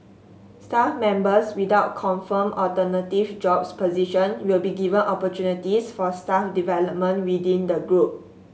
staff members without confirmed alternative job position will be given opportunities for staff development within the group